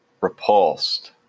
repulsed